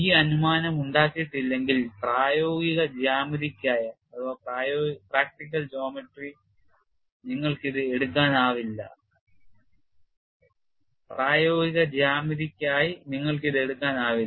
ഈ അനുമാനം ഉണ്ടാക്കിയിട്ടില്ലെങ്കിൽ പ്രായോഗിക ജ്യാമിതിക്കായി നിങ്ങൾക്ക് ഇത് എടുക്കാനാവില്ല